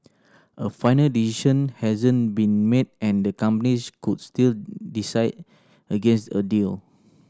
a final decision hasn't been made and the companies could still decide against a deal